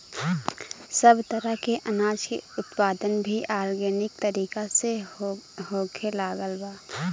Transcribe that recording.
सब तरह के अनाज के उत्पादन भी आर्गेनिक तरीका से होखे लागल बा